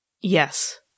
Yes